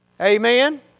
Amen